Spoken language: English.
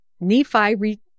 Nephi